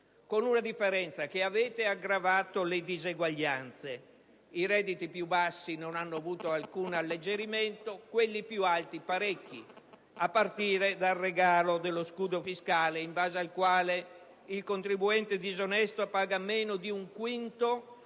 con una differenza: avete aggravato le diseguaglianze. Infatti, i redditi più bassi non hanno avuto alcun alleggerimento, mentre quelli più alti parecchi, a partire dal regalo dello scudo fiscale, in base al quale il contribuente disonesto paga meno di un quinto